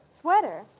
Sweater